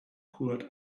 poured